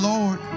Lord